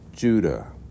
Judah